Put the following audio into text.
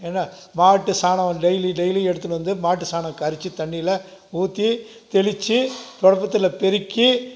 ஏன்னா மாட்டு சாணம் டெய்லி டெய்லி எடுத்துட்டு வந்து மாட்டு சாணம் கரைத்து தண்ணியில் ஊற்றி தெளித்து துடைப்பத்துல பெருக்கி